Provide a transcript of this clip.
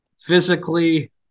physically